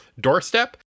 doorstep